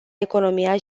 economia